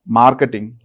marketing